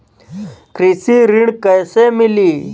कृषि ऋण कैसे मिली?